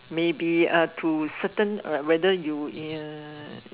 maybe uh to certain uh like whether you in